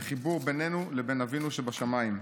וחיבור בינינו לבין אבינו שבשמיים.